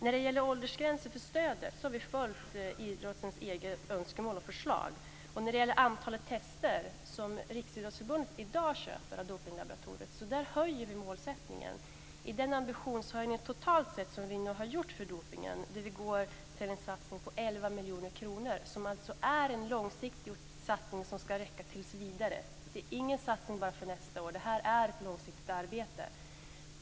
När det gäller åldersgränsen för stödet har vi följt idrottsrörelsens egna önskemål och förslag. När det gäller antalet test som Riksidrottsförbundet i dag köper av Dopinglaboratoriet höjer vi målsättningen. Den ambitionshöjning som vi nu har gjort totalt sett för dopningen innebär en långsiktig satsning på 11 miljoner kronor, som ska räcka tills vidare. Det är alltså inte en satsning bara för nästa år, utan det är ett långsiktigt arbete.